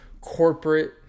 corporate